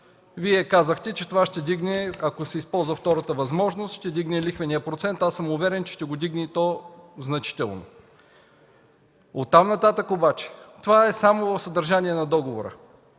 Вие казахте, ако се използва втората възможност, че това ще вдигне лихвения процент. Аз съм уверен, че ще го вдигне и то значително. От там нататък обаче – това е само съдържание на договор.